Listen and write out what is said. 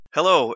Hello